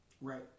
Right